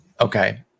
Okay